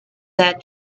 that